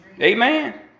Amen